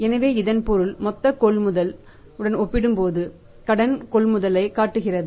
எனவே இதன் பொருள் மொத்த கொள்முதல் உடன் ஒப்பிடும்போது கடன் கொள்முதலை காட்டுகிறது